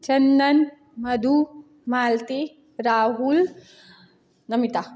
Chandan Madhu Malti Rahul Namita